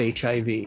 HIV